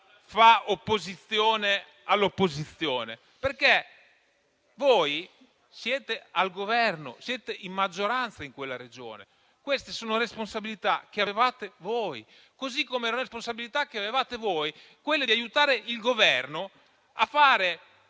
fa opposizione all'opposizione, perché voi siete al governo e in maggioranza in quella Regione; queste sono responsabilità che avevate voi, così come vostra responsabilità era quella di aiutare il Governo a